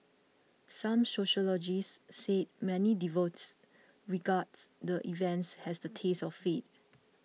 some sociologists say many devotes regards the events has a taste of faith